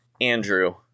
Andrew